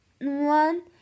one